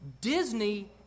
Disney